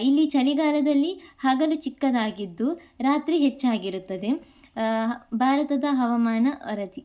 ಇಲ್ಲಿ ಚಳಿಗಾಲದಲ್ಲಿ ಹಗಲು ಚಿಕ್ಕದಾಗಿದ್ದು ರಾತ್ರಿ ಹೆಚ್ಚಾಗಿರುತ್ತದೆ ಭಾರತದ ಹವಾಮಾನ ವರದಿ